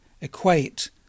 equate